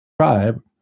Tribe